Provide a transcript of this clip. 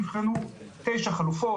נבחנו תשע חלופות,